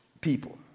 people